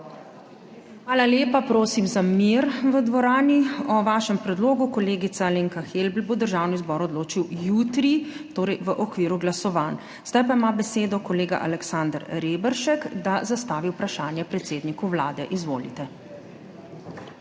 Hvala lepa. Prosim, za mir v dvorani! O vašem predlogu, kolegica Alenka Helbl, bo Državni zbor odločil jutri v okviru glasovanj. Zdaj pa ima besedo kolega Aleksander Reberšek, da zastavi vprašanje predsedniku Vlade. Izvolite.